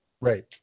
right